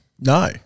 No